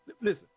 listen